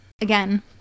again